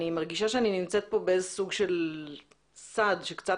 אני מרגישה שאני נמצאת כאן באיזה סוג של סד שקצת